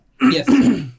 Yes